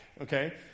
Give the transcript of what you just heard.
okay